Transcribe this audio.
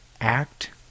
act